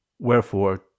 Wherefore